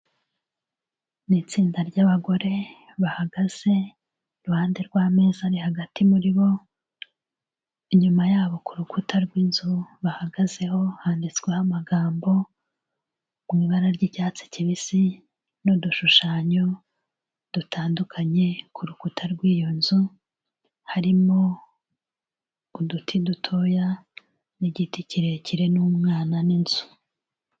Ni itsinda ry'abagore, bahagaze iruhande rw'ameza ari hagati muri bo, inyuma yabo ku rukuta rw'inzu bahagazeho, handitsweho amagambo mu ibara ry'icyatsi kibisi, n'udushushanyo dutandukanye ku rukuta rw'iyo nzu, harimo uduti dutoya n'igiti kirekire n'umwana n'inzu.